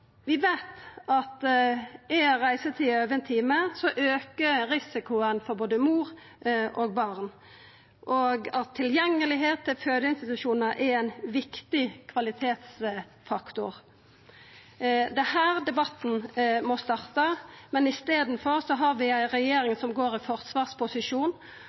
time, aukar risikoen for både mor og barn, og at tilgjengelegheit til fødeinstitusjonar er ein viktig kvalitetsfaktor. Det er her debatten må starta, men i staden har vi ei regjering som går i forsvarsposisjon,